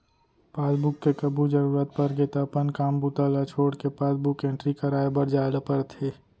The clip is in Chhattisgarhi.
पासबुक के कभू जरूरत परगे त अपन काम बूता ल छोड़के पासबुक एंटरी कराए बर जाए ल परथे